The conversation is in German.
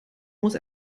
muss